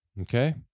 Okay